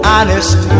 Honest